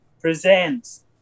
presents